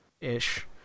ish